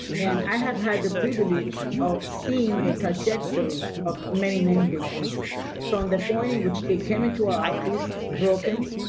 and i have had the privilege of seeing the trajectory of many, many victims from the point in which they came into our office, broken,